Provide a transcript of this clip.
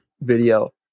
video